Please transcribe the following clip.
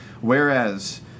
whereas